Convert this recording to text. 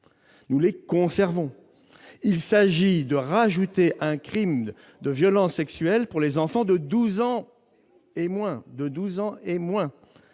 sont conservées. Il s'agit d'ajouter un crime de violence sexuelle sur les enfants de douze ans et moins.